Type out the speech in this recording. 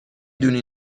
دونی